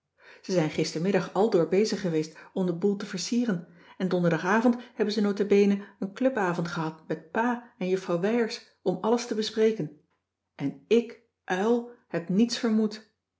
ze zijn gistermiddag aldoor bezig geweest om den boel te versieren en donderdagavond hebben ze notabene een clubavond gehad met pa en juffrouw wijers om alles te bespreken en k uil heb niets vermoed